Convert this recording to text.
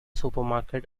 supermarket